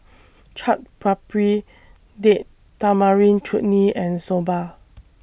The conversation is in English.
Chaat Papri Date Tamarind Chutney and Soba